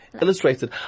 Illustrated